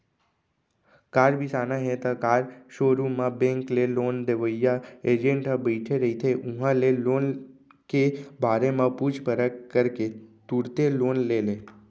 car बिसाना हे त कार सोरूम म बेंक ले लोन देवइया एजेंट ह बइठे रहिथे उहां ले लोन के बारे म पूछ परख करके तुरते लोन ले ले